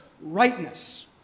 rightness